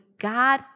God